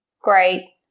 great